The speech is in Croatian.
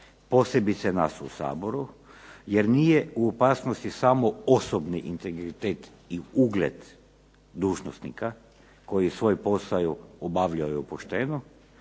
posebice nas u Saboru jer nije u opasnosti samo osobni integritet i ugled dužnosnika koji svoj posao obavljaju pošteno